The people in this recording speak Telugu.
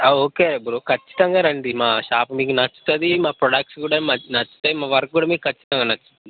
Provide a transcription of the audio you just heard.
ఓకే బ్రో ఖచ్చితంగా రండి మా షాప్ మీకు నచ్చుతుంది మా ప్రోడక్ట్ కూడా నచ్చుతాయి మా వర్క్ కూడా ఖచ్చితంగా నచ్చుతుంది